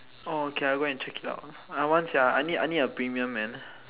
orh okay I go and check it out I want sia I need I need a premium man